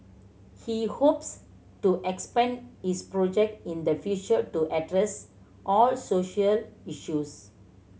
he hopes to expand his project in the future to address all social issues